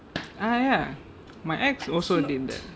ah ya my ex also did that